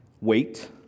wait